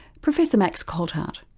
professor max coltheart.